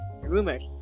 rumors